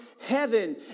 heaven